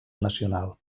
nacional